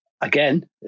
again